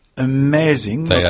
Amazing